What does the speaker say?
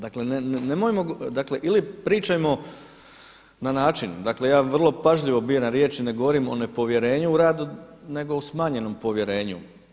Dakle nemojmo, dakle ili pričajmo na način, dakle ja vrlo pažljivo biram riječi ne govorim o nepovjerenju u radu, nego o smanjenom povjerenju.